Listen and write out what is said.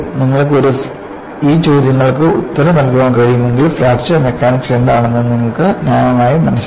നിങ്ങൾക്ക് ഈ ചോദ്യങ്ങൾക്ക് ഉത്തരം നൽകാൻ കഴിയുമെങ്കിൽ ഫ്രാക്ചർ മെക്കാനിക്സ് എന്താണെന്ന് നിങ്ങൾക്ക് ന്യായമായും മനസ്സിലായി